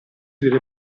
delle